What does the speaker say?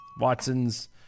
Watson's